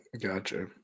Gotcha